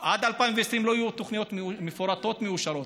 עד 2020 לא יהיו תוכניות מפורטות מאושרות,